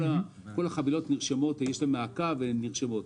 על כל החבילות יש מעקב והן נרשמות.